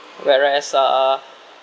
where as uh